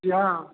जी हाँ